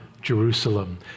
Jerusalem